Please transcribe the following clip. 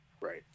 Right